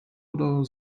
oder